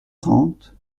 trente